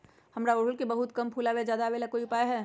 हमारा ओरहुल में बहुत कम फूल आवेला ज्यादा वाले के कोइ उपाय हैं?